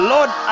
Lord